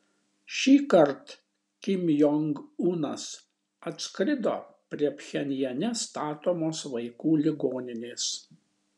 šįkart kim jong unas atskrido prie pchenjane statomos vaikų ligoninės